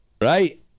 Right